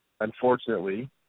unfortunately